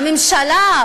הממשלה,